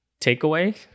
Takeaway